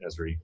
ESRI